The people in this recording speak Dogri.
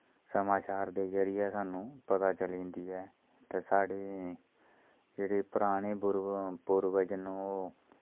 समाचार दे जरिये सानूं पता चली जंदी ऐ ते साढ़े जेह्ड़े परानें पूर्वज न ओह्